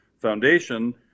foundation